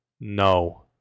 No